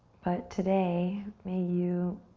but today, may you